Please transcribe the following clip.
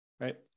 right